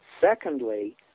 Secondly